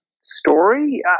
story